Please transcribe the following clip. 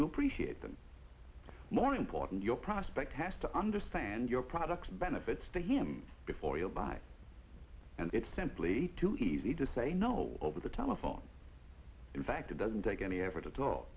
to appreciate them more important your prospect has to understand your products benefits to him before you'll buy and it's simply too easy to say no over the telephone in fact it doesn't take any effort at al